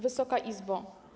Wysoka Izbo!